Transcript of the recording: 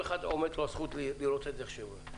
לכל אחד עומדת הזכות לראות את זה כפי שהוא רואה.